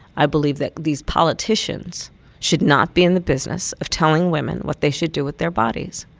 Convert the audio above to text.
i believe that these politicians should not be in the business of telling women what they should do with their bodies.